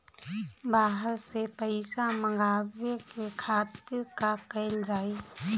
बाहर से पइसा मंगावे के खातिर का कइल जाइ?